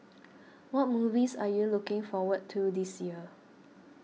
what movies are you looking forward to this year